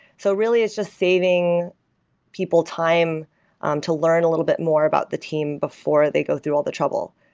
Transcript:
so really, it's just saving people time um to learn a little bit more about the team before they go through all the trouble.